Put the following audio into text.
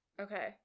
Okay